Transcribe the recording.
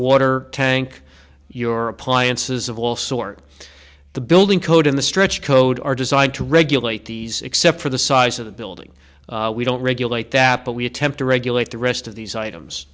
water tank your appliances of all sort the building code in the stretch code are designed to regulate these except for the size of the building we don't regulate that but we attempt to regulate the rest of these items